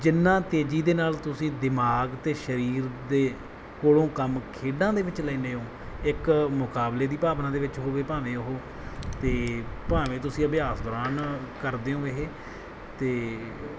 ਜਿੰਨਾ ਤੇਜ਼ੀ ਦੇ ਨਾਲ ਤੁਸੀਂ ਦਿਮਾਗ ਅਤੇ ਸਰੀਰ ਦੇ ਕੋਲੋਂ ਕੰਮ ਖੇਡਾਂ ਦੇ ਵਿੱਚ ਲੈਂਦੇ ਹੋ ਇੱਕ ਮੁਕਾਬਲੇ ਦੀ ਭਾਵਨਾ ਦੇ ਵਿੱਚ ਹੋਵੇ ਭਾਵੇਂ ਉਹ ਅਤੇ ਭਾਵੇਂ ਤੁਸੀਂ ਅਭਿਆਸ ਦੌਰਾਨ ਕਰਦੇ ਹੋ ਇਹ ਅਤੇ